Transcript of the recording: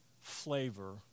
flavor